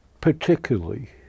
particularly